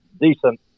decent